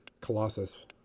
Colossus